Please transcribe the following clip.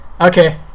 okay